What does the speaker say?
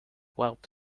warp